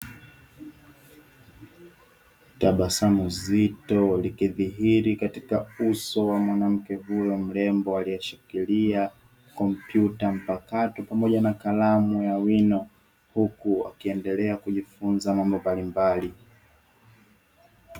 Tabasamu zito likidhihiri katika uso wa mwanamke huyo mrembo aliyeshikilia kompyuta mpakato, pamoja na kalamu ya wino huku akiendelea kujifunza mambo mbalimbali.